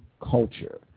Culture